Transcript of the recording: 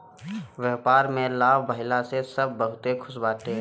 व्यापार में लाभ भइला से सब बहुते खुश बाटे